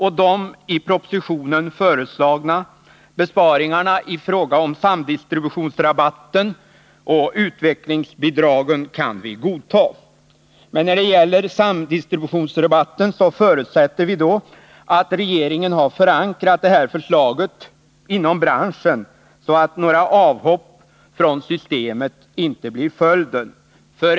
De i propositionen föreslagna besparingarna i fråga om samdistributionsrabatten och utvecklingsbidragen kan vi godta. Men när det gäller samdistributionsrabatten förutsätter vi att regeringen har förankrat detta förslag inom branschen, så att inte några avhopp från systemet blir följden.